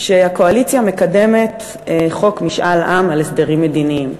שהקואליציה מקדמת חוק משאל עם על הסדרים מדיניים.